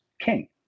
king